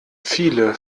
viele